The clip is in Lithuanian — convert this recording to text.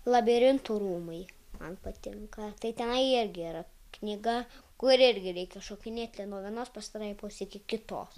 labirintų rūmai man patinka tai tenai irgi yra knyga kur irgi reikia šokinėti nuo vienos pastraipos iki kitos